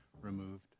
removed